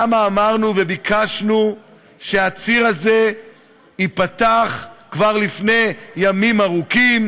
כמה אמרנו וביקשנו שהציר הזה ייפתח כבר לפני ימים ארוכים,